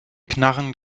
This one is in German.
knarren